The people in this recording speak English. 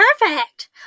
Perfect